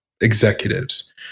executives